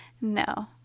No